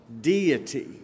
deity